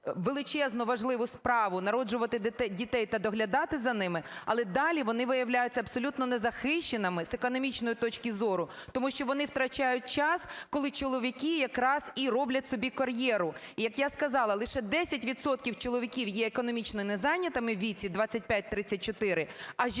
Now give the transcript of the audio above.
величезну важливу справу – народжувати дітей та доглядати за ними, але далі вони виявляються абсолютно незахищеними з економічної точки зору, тому що вони втрачають час, коли чоловіки якраз і роблять собі кар'єру. І, як я сказала, лише 10 відсотків чоловіків є економічно незайнятими в віці 25-34, а жінки